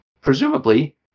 presumably